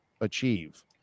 achieve